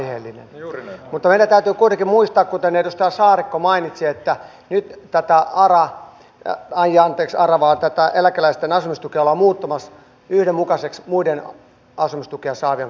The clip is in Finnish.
mutta meidän täytyy kuitenkin muistaa kuten edustaja saarikko mainitsi että nyt tätä apparaatti ja ajaa riksalla vaatteita eläkeläisten asumistukea ollaan muuttamassa yhdenmukaiseksi muiden asumistukea saavien kanssa